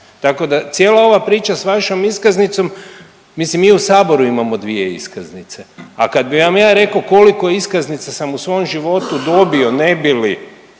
Tako da cijela ova priča s vašom iskaznicom, mislim mi u saboru imamo dvije iskaznice, a kad bi vam ja rekao koliko iskaznica sam u svom životu dobio ne bi li